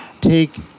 take